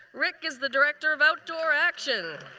rick is the director of outdoor action.